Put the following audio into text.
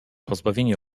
pozbawieni